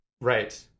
Right